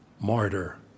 martyr